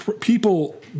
people